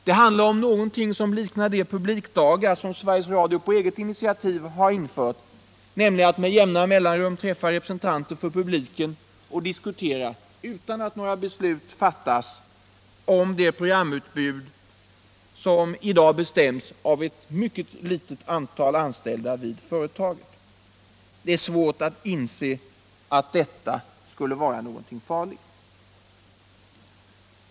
Det handlar om något som liknar de publikdagar som Sveriges Radio på eget initiativ infört, nämligen att man med jämna mellanrum träffar representanter för publiken och diskuterar, utan att några beslut fattas, om det programutbud som i dag bestäms av ett litet antal anställda vid företaget. Det är svårt att inse att detta skulle vara farligt.